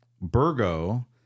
Burgo